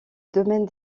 domaine